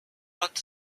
want